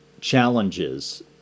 challenges